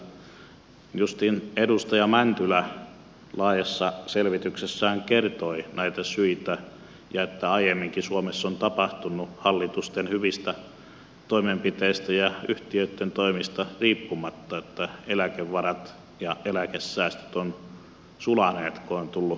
justiin edustaja mäntylä laajassa selvityksessään kertoi näistä syistä ja siitä että aiemminkin suomessa on tapahtunut hallitusten hyvistä toimenpiteistä ja yhtiöitten toimista riippumatta niin että eläkevarat ja eläkesäästöt ovat sulaneet kun on tullut konkursseja ja muita